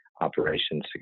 operations